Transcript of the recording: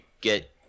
get